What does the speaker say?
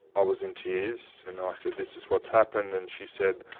i was in tears and i said, this is what's happened. and she said,